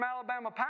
Alabama